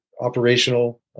operational